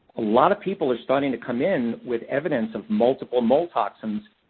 a lot of people are starting to come in with evidence of multiple mold toxins,